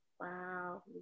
Wow